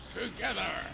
together